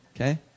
Okay